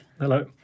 Hello